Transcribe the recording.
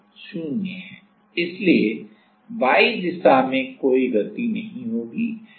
अब यह Cs बाह्य परिपथ के कारण है और यह बदल नहीं सकता है लेकिन अलग अलग अंतराल या अलग अलग y के कारण यह डिवाइस कैपेसिटेंस बदल सकता है